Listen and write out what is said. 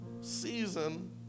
season